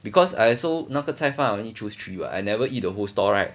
because I also 那个菜饭 I only choose three what I never eat the whole stall right